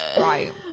Right